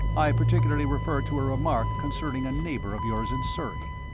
i particularly refer to a remark concerning a neighbour of yours in surrey.